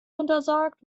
untersagt